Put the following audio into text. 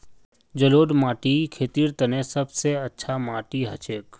जलौढ़ माटी खेतीर तने सब स अच्छा माटी हछेक